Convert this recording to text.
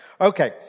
Okay